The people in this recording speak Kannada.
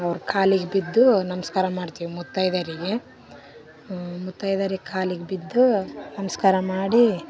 ಅವ್ರ ಕಾಲಿಗೆ ಬಿದ್ದು ನಮಸ್ಕಾರ ಮಾಡ್ತೀವಿ ಮುತ್ತೈದೇರಿಗೆ ಮುತ್ತೈದೆಯರಿಗೆ ಕಾಲಿಗೆ ಬಿದ್ದು ನಮಸ್ಕಾರ ಮಾಡಿ